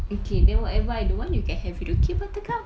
okay then whatever I don't want you can have it okay buttercup